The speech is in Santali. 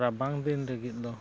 ᱨᱟᱵᱟᱝ ᱫᱤᱱ ᱞᱟᱹᱜᱤᱫ ᱫᱚ